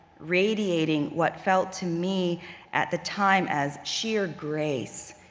radiating what felt to me at the time as sheer grace,